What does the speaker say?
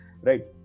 Right